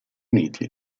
uniti